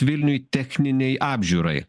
vilniuj techninei apžiūrai